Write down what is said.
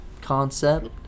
concept